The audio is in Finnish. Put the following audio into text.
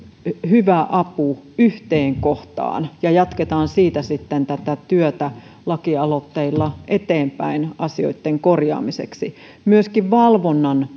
hyvä apu yhteen kohtaan ja jatketaan siitä sitten tätä työtä lakialoitteilla eteenpäin asioitten korjaamiseksi myöskin valvonnan